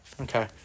Okay